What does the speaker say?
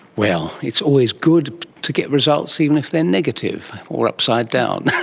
well, it's always good to get results, even if they are negative or upside down.